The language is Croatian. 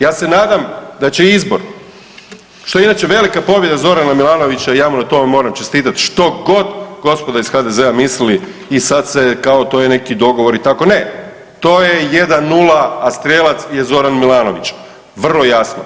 Ja se nadam da će izbor što je inače velika pobjeda Zorana Milanovića i ja mu na tome moram čestitati što god gospodo iz HDZ-a mislili i sad se kao to je neki dogovor i tako, ne to je 1:0, a strijelac je Zoran Milanović, vrlo jasno.